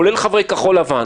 כולל חברי כחול לבן,